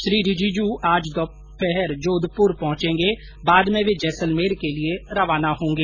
श्री रिजीजू आज जोधपुर पहंचेंगे बाद में वे जैसलमेर के लिए रवाना होंगे